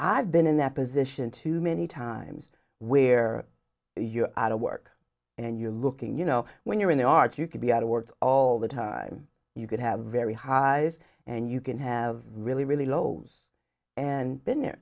i've been in that position too many times where you're out of work and you're looking you know when you're in the art you could be out of words all the time you could have very highs and you can have really really low and been there